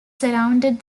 surrounded